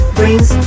brings